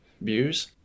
views